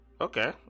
Okay